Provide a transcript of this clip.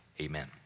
amen